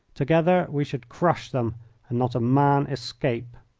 together we should crush them and not a man escape.